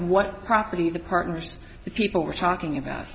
what property of the partners the people we're talking about